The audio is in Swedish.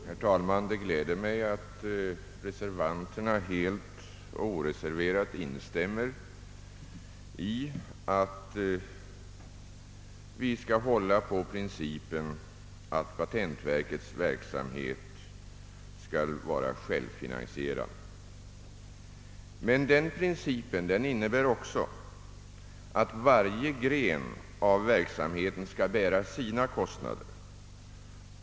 Herr talman! Det gläder mig att reservanterna helt och oreserverat instämmer i att vi skall hålla på principen att patentverkets verksamhet skall vara självfinansierad. Men denna princip innebär också att varje gren av verksamheten skall bära sina kostnader.